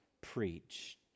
preached